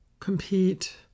Compete